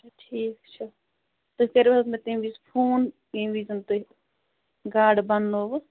اچھا ٹھیٖک چھُ تُہۍ کرِو حَظ مےٚ تمہِ وِزِ فون ییٚمہِ وِزِ تُہۍ گاڈٕ بننوٕ